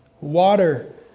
water